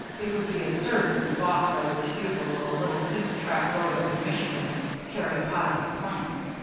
it would be absurd to be balked by the refusal of a little single-track road up in michigan to carry a pile of planks.